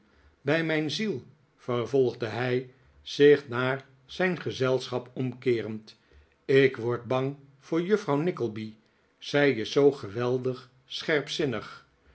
bij mijn ziel vervolgde hij zich naar zijn gezelschap omkeerend ik word bang voor juffrouw nickleby zij is zoo geweldig